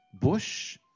bush